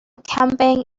camping